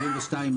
72,